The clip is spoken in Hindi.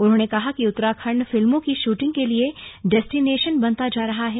उन्होंने कहा कि उत्तराखण्ड फिल्मों की शूटिंग के लिए डेस्टिनेशन बनता जा रहा है